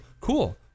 cool